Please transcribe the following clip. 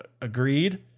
Agreed